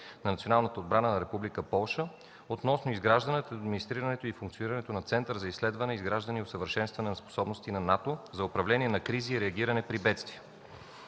на националната отбрана на Република Полша относно изграждането, администрирането и функционирането на Център за изследване, изграждане и усъвършенстване на способности на НАТО за управление на кризи и реагиране при бедствия.